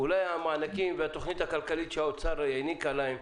אולי המענקים והתכנית הכלכלית שהאוצר העניקו להם,